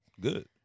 Good